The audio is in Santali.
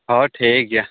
ᱦᱚᱭ ᱴᱷᱤᱠᱜᱮᱭᱟ